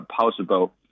possible